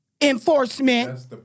enforcement